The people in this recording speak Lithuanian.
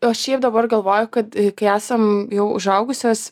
o šiaip dabar galvoju kad kai esam jau užaugusios